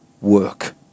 work